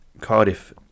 Cardiff